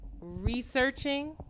researching